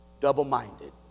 double-minded